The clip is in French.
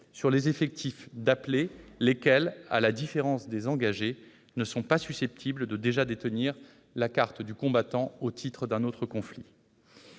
sur les effectifs d'appelés, qui, à la différence des engagés, ne sont pas susceptibles de déjà détenir la carte du combattant au titre d'un autre conflit.